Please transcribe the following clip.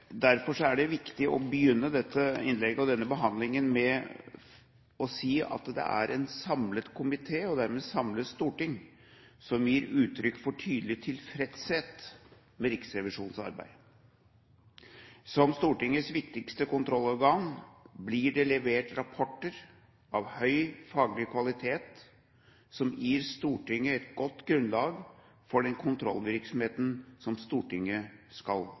Derfor er det viktig å begynne dette innlegget og denne behandlingen med å si at det er en samlet komité, og dermed et samlet storting, som gir uttrykk for tydelig tilfredshet med Riksrevisjonens arbeid. Fra Stortingets viktigste kontrollorgan blir det levert rapporter av høy faglig kvalitet, som gir Stortinget et godt grunnlag for den kontrollvirksomheten som Stortinget skal